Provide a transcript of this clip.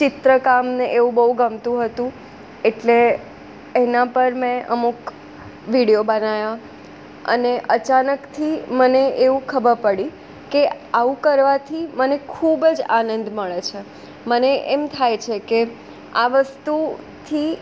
ચિત્રકામ ને એવું બહુ ગમતું હતું એટલે એના પર મેં અમુક વિડીયો બનાવ્યા અને અચાનકથી મને એવું ખબર પડી કે આવું કરવાથી મને ખૂબ જ આનંદ મળે છે મને એમ થાય છે કે આ વસ્તુથી